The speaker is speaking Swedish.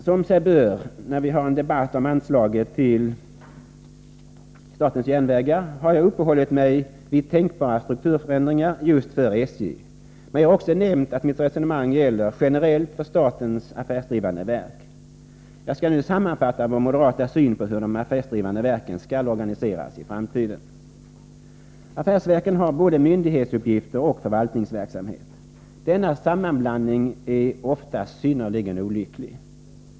Som sig bör när vi har en debatt om anslaget till statens järnvägar har jag uppehållit mig vid tänkbara strukturförändringar för just SJ, men jag har också nämnt att mitt resonemang gäller generellt för statens affärsdrivande verk. Jag skall nu sammanfatta vår moderata syn på hur de affärsdrivande verken skall organiseras i framtiden. Affärsverken har både myndighetsuppgifter och förvaltningsverksamhet. Denna sammanblandning är ofta synnerligen olycklig.